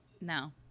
No